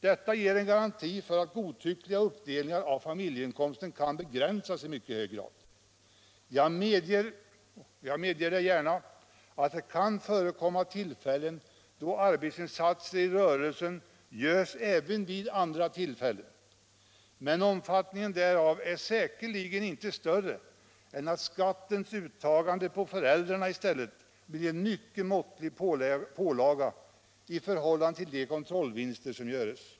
Detta ger en garanti för att godtyckliga uppdelningar av familjeinkomsten kan begränsas i mycket hög grad. Jag medger gärna att det kan förekomma fall då arbetsinsatser i rörelsen görs även vid andra tillfällen, men omfattningen därav är säkerligen inte större än att skattens uttagande på föräldrarna i stället blir en mycket måttlig pålaga i förhållande till de kontrollvinster som göres.